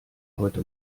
heute